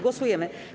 Głosujemy.